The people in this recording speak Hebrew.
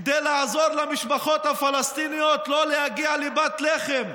כדי לעזור למשפחות הפלסטיניות לא להגיע לפת לחם.